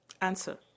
Answer